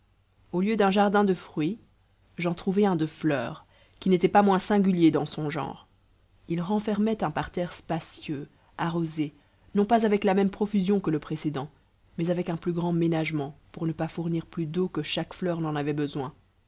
au lieu d'un jardin de fruits j'en trouvai un de fleurs qui n'était pas moins singulier dans son genre il renfermait un parterre spacieux arrosé non pas avec la même profusion que le précédent mais avec un plus grand ménagement pour ne pas fournir plus d'eau que chaque fleur n'en avait besoin